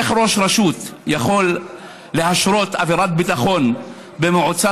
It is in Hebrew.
איך ראש רשות יכול להשרות אווירת ביטחון במועצה